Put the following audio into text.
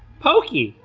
pokey.